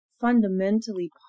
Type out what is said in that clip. fundamentally